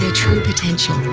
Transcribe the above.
true potential.